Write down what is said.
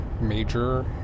major